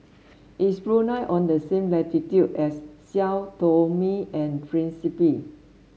is Brunei on the same latitude as Sao Tome and Principe